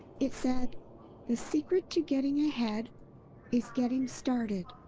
it said the secret to getting ahead is getting started,